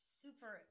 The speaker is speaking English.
super